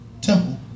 Temple